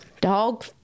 Dog